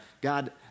God